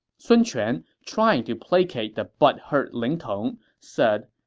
sun quan, trying to placate the butthurt ling tong, said,